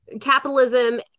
capitalism